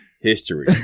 history